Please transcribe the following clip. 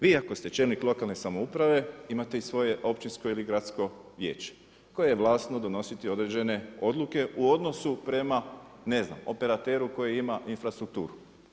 Vi ako ste čelnik lokalne samouprave imate i svoje općinsko ili gradsko vijeće koje je vlasno donositi određene odluke u odnosu prema ne znam operateru koji ima infrastrukturu.